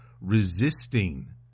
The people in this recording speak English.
resisting